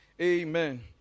Amen